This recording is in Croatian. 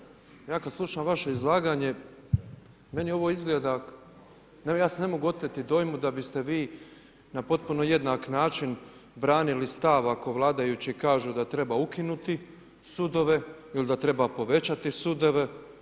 Kolega Čuraj, ja kada slušam vaše izlaganje meni ovo izgleda, evo ja se ne mogu oteti dojmu da biste vi na potpuno jednak način branili stav ako vladajući kažu da treba ukinuti sudove ili da treba povećati sudove.